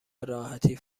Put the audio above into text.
بهراحتی